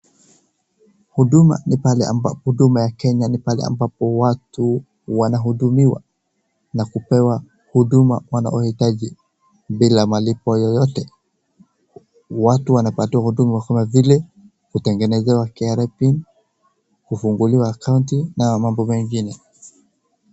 Huduma ni pahali ambapo, huduma ya Kenya ni pahali ambapo watu wanahudumiwa na kupewa huduma wanayohitaji bila malipo yoyote. Watu wanapatiwa huduma kama vile kutengenezewa KRA pin , kufunguliwa akaunti na mambo mengine.